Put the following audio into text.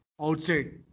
outside